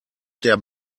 der